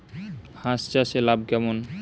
হাঁস চাষে লাভ কেমন?